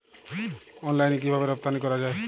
অনলাইনে কিভাবে রপ্তানি করা যায়?